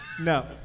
No